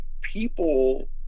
people